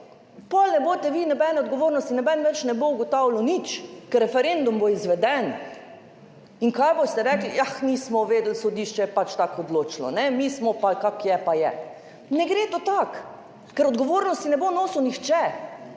pol ne boste vi nobene odgovornosti, noben več ne bo ugotavljal nič, ker referendum bo izveden. In kaj boste rekli? Jah nismo vedeli, sodišče je pač tako odločilo, mi smo pa kako je, pa je. Ne gre to tako, ker odgovornosti ne bo nosil nihče,